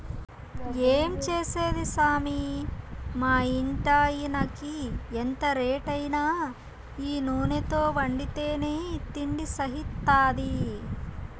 ఏం చేసేది సామీ మా ఇంటాయినకి ఎంత రేటైనా ఈ నూనెతో వండితేనే తిండి సయిత్తాది